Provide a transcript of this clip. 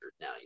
Now